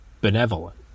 benevolent